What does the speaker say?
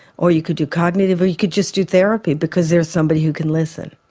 or you could do cognitive, or you could just do therapy because there's somebody who could listen.